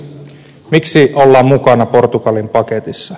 miksi ollaan mukana portugalin paketissa